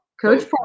Coach